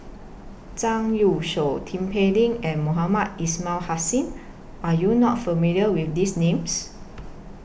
Zhang Youshuo Tin Pei Ling and Mohamed Ismail Hussain Are YOU not familiar with These Names